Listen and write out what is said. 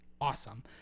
awesome